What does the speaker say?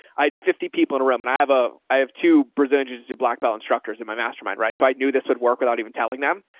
i had fifty people in a room and i have, ah, i have two presenters as your black belt instructors in my mastermind. right. so i knew this would work without even telling them.